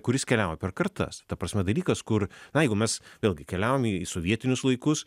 kuris keliauja per kartas ta prasme dalykas kur na jeigu mes vėlgi keliaujam į sovietinius laikus